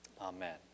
Amen